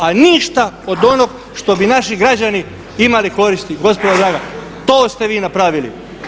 A ništa od onoga što bi naši građani imali koristi, gospodo draga, to ste vi napravili.